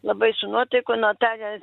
labai su nuotaiku notarė